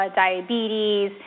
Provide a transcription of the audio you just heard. diabetes